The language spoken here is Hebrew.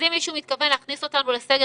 נניח מוותרים על בית המלון ואנשים יסכימו